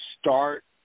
start